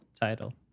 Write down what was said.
title